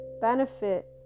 benefit